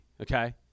okay